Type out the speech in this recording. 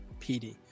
PD